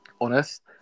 Honest